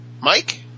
Mike